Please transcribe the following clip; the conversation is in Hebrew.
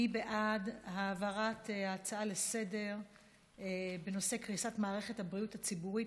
מי בעד העברת ההצעה לסדר-היום בנושא קריסת מערכת הבריאות הציבורית,